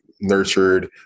nurtured